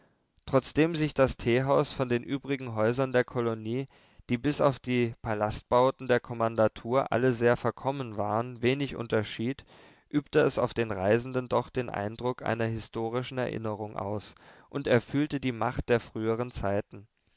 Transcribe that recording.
trotzdem sich das teehaus von den übrigen häusern der kolonie die bis auf die palastbauten der kommandantur alle sehr verkommen waren wenig unterschied übte es auf den reisenden doch den eindruck einer historischen erinnerung aus und er fühlte die macht der früheren zeiten